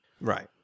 Right